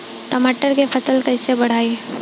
टमाटर के फ़सल कैसे बढ़ाई?